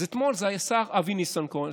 אז אתמול זה היה השר אבי ניסנקורן.